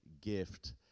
gift